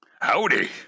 Howdy